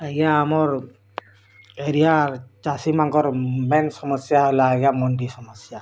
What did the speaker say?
ଆଜ୍ଞା ଆମର୍ ଏରିଆର୍ ଚାଷିମାନଙ୍କର୍ ମେନ୍ ସମସ୍ୟା ହେଲା ଆଜ୍ଞା ମଣ୍ଡି ସମସ୍ୟା